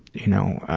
you know,